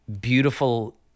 beautiful